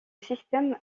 système